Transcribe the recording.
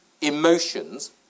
emotions